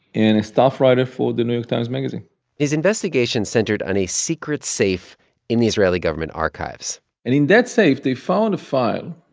staff writer for the new york times magazine his investigation centered on a secret safe in the israeli government archives and in that safe they found a file